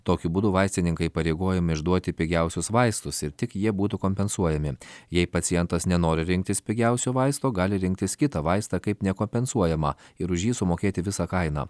tokiu būdu vaistininkai įpareigojami išduoti pigiausius vaistus ir tik jie būtų kompensuojami jei pacientas nenori rinktis pigiausio vaisto gali rinktis kitą vaistą kaip nekompensuojamą ir už jį sumokėti visą kainą